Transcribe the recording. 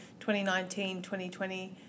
2019-2020